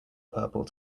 purple